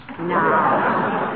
No